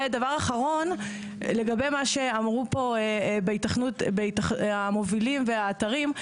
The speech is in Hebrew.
ודבר אחרון, לגבי מה שאמרו פה המובילים והאתרים.